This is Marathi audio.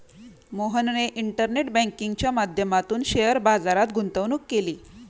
मोहनने इंटरनेट बँकिंगच्या माध्यमातून शेअर बाजारात गुंतवणूक केली